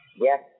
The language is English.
Yes